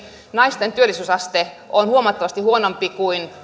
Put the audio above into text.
naisten työllisyysaste on huomattavasti huonompi kuin